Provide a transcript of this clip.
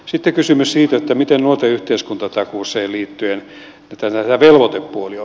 sitten kysymys siitä miten nuorten yhteiskuntatakuuseen liittyen tämä velvoitepuoli on